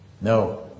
No